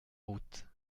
route